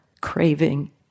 craving